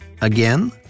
Again